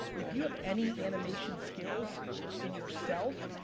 if you have any animation skills in yourself,